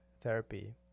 therapy